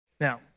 Now